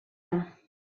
him